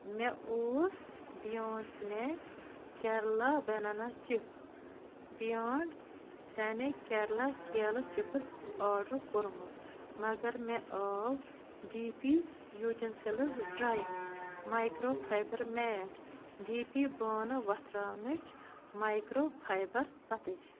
مےٚ اوس brand snack Kerala banana chip brand snack Kerala کیلہٕ چِپٕس آرڈر کوٚرمُت مگر مےٚ آو D P utensils dry micro fibre mat D P بانہٕ وۄتھراونٕچ مایکرٛو فایبر پتٕج